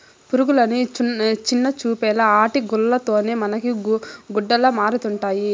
పురుగులని చిన్నచూపేలా ఆటి గూల్ల తోనే మనకి గుడ్డలమరుతండాయి